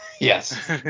Yes